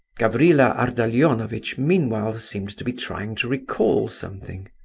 gavrila ardalionovitch meanwhile seemed to be trying to recall something.